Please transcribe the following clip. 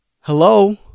Hello